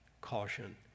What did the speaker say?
caution